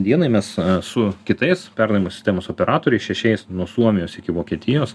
dienai mes su kitais perdavimo sistemos operatoriais šešiais nuo suomijos iki vokietijos